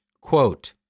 Quote